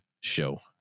show